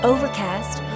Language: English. Overcast